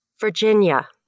Virginia